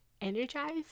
energized